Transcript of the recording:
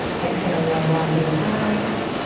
exhale, ground down through the thighs.